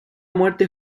muerte